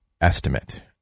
estimate